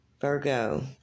Virgo